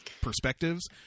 perspectives